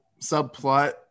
subplot